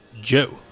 Joe